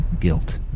guilt